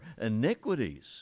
iniquities